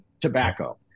tobacco